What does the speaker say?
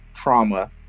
trauma